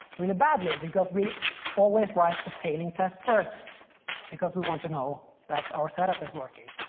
really badly because we always write the failing test first because we wat to know that our set up is working.